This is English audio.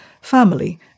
family